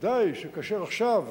עובדה היא שכאשר עכשיו